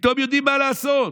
פתאום יודעים מה לעשות.